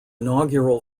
inaugural